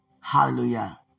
Hallelujah